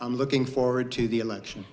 i'm looking forward to the election